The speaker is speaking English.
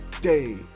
day